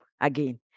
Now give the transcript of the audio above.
again